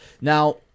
now